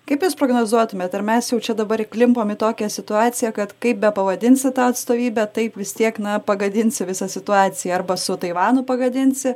kaip jūs prognozuotumėt ar mes jau čia dabar įklimpom į tokią situaciją kad kaip bepavadinsi tą atstovybę taip vis tiek na pagadinsi visą situaciją arba su taivanu pagadinsi